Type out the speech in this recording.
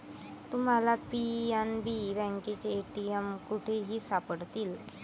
तुम्हाला पी.एन.बी बँकेचे ए.टी.एम कुठेही सापडतील